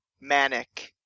Manic